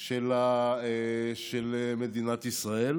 של מדינת ישראל,